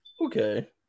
Okay